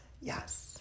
Yes